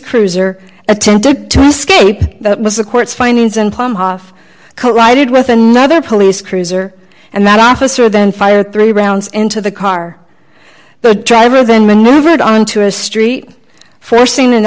cruiser attempted to escape that was the court's findings and palm off collided with another police cruiser and that officer then fired three rounds into the car the driver then maneuvered onto a street st seen an